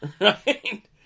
Right